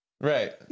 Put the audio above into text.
Right